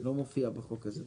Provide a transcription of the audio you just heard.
לא מופיע בחוק הזה.